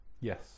Yes